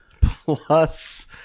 Plus